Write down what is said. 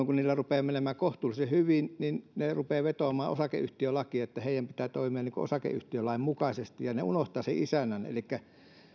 kun niillä rupeaa menemään kohtuullisen hyvin ne rupeavat vetoamaan osakeyhtiölakiin että niiden pitää toimia osakeyhtiölain mukaisesti ja ne unohtavat sen isännän elikkä